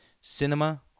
Cinema